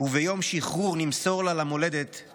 /